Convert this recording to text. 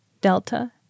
delta